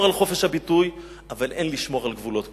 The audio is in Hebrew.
על חופש הביטוי והן לשמור על גבולות כלשהם.